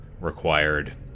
required